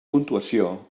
puntuació